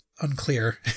unclear